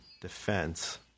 defense